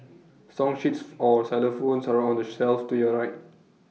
song sheets for xylophones are on the shelf to your right